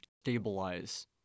stabilize